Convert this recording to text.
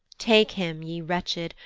take him, ye wretched,